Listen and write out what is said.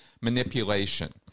manipulation